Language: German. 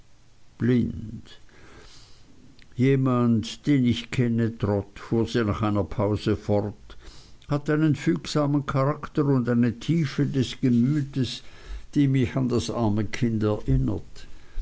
blind jemand den ich kenne trot fuhr sie nach einer pause fort hat einen fügsamen charakter und eine tiefe des gemütes die mich an das arme kind erinnert